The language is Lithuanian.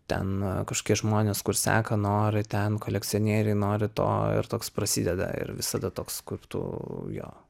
ten kažkokie žmonės kur seka nori ten kolekcionieriai nori to ir toks prasideda ir visada toks kur tu jo